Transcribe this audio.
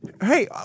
Hey